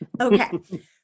Okay